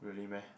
really meh